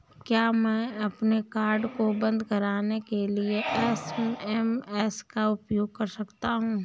क्या मैं अपने कार्ड को बंद कराने के लिए एस.एम.एस का उपयोग कर सकता हूँ?